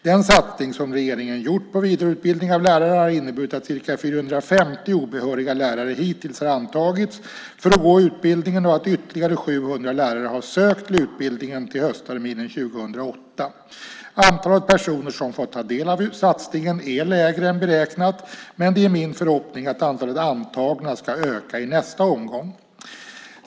Den satsning som regeringen gjort på vidareutbildning av lärare har inneburit att ca 450 obehöriga lärare hittills har antagits för att gå utbildningen och att ytterligare 700 lärare har sökt utbildningen till höstterminen 2008. Antalet personer som fått ta del av satsningen är lägre än beräknat, men det är min förhoppning att antalet antagna ska öka i nästa omgång.